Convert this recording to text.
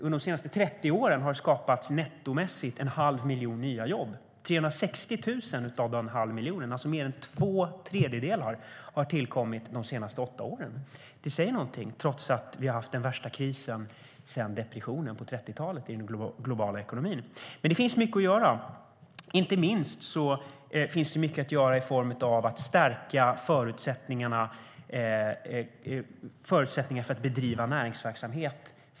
Under de senaste 30 åren har det nettomässigt skapats en halv miljon nya jobb. 360 000 av den halva miljonen, alltså mer än två tredjedelar, har tillkommit de senaste åtta åren - det säger någonting - trots att vi har haft den värsta krisen sedan depressionen på 30-talet i den globala ekonomin. Men det finns mycket att göra. Inte minst finns det mycket att göra när det gäller att stärka förutsättningarna för entreprenörer att bedriva näringsverksamhet.